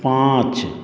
पाँच